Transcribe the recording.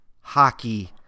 hockey